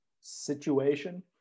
situation